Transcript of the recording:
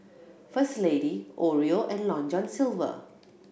First Lady Oreo and Long John Silver